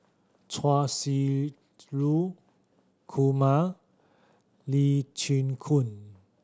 Chia Shi Lu Kumar Lee Chin Koon